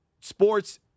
sports –